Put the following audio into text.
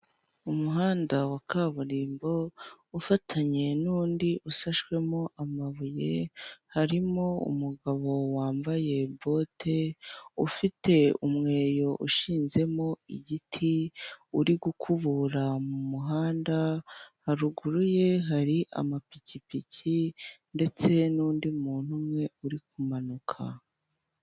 umuhanda wa kaburimbo ufatanye nundi usashwemo amabuye, harimo umugabo umugabo wambaye bote ufite umweyo ushinzemo igiti uri gukubura umuhanda, haruguru ye hari amapikipiki ndetse n'undi muntu umwe uri kumanuka.